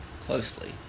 closely